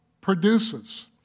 produces